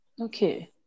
okay